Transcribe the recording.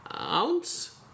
ounce